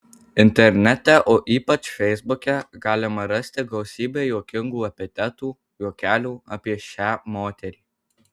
internete o ypač feisbuke galima rasti gausybę juokingų epitetų juokelių apie šią moterį